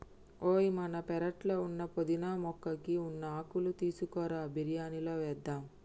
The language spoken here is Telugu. ఓయ్ మన పెరట్లో ఉన్న పుదీనా మొక్కకి ఉన్న ఆకులు తీసుకురా బిరియానిలో వేద్దాం